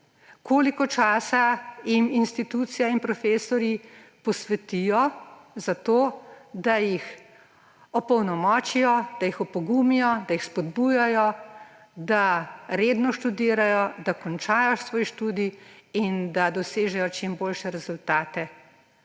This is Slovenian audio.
koliko časa jim institucija in profesorji posvetijo za to, da jih opolnomočijo, da jih opogumijo, da jih spodbujajo, da redno študirajo, da končajo svoj študij in da dosežejo čim boljše rezultate.